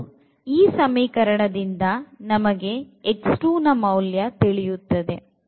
ಮತ್ತು ಈ ಸಮೀಕರಣದಿಂದ ನಮಗೆ ನ ಮೌಲ್ಯ ತಿಳಿಯುತ್ತದೆ